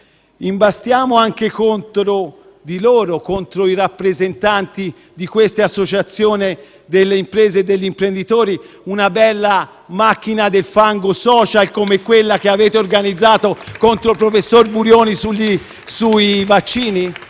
Imbastiamo anche contro di loro, contro i rappresentanti di questa associazione delle imprese e degli imprenditori una bella macchina del fango *social* come quella che avete organizzato contro il professor Burioni sui vaccini?